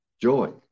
Joy